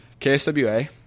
KSWA